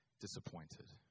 disappointed